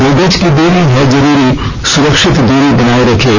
दो गज की दूरी है जरूरी सुरक्षित दूरी बनाए रखें